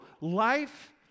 Life